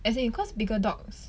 as in cause bigger dogs